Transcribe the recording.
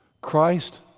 Christ